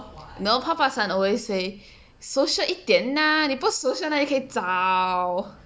you know papa always say social 一点呐你不 social 哪里可以找